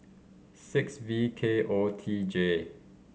six V K O T J